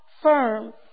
firm